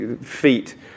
feet